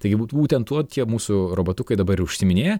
taigi būtent tuo tie mūsų robotukai dabar ir užsiiminėja